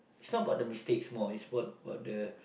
it's not about mistakes more it's about about the